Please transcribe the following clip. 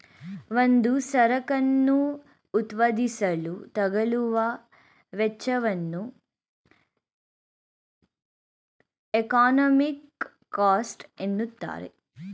ಒಂದು ಸರಕನ್ನು ಉತ್ಪಾದಿಸಲು ತಗಲುವ ವೆಚ್ಚವನ್ನು ಎಕಾನಮಿಕ್ ಕಾಸ್ಟ್ ಎನ್ನುತ್ತಾರೆ